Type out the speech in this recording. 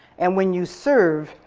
and when you serve,